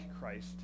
Christ